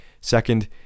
second